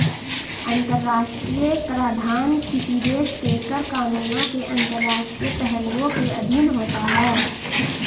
अंतर्राष्ट्रीय कराधान किसी देश के कर कानूनों के अंतर्राष्ट्रीय पहलुओं के अधीन होता है